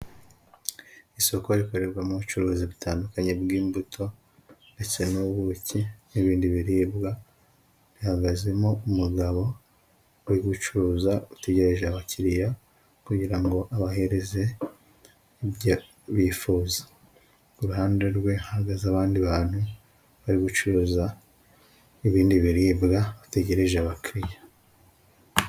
Isoko rikorerwamo ubucuruzi butandukanye bw'imbuto ndetse n'ubuki n'ibindi biribwa bihagazemo umugabo uri gucuruza utegereje abakiriya kugira ngo abaheze ibyo bifuza ku ruhande rwe hagaze abandi bantu bari gucuruza ibindi biribwa bategereje abakiriya.